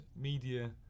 media